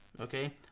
okay